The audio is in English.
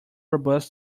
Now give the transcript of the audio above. robust